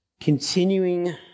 continuing